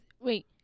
wait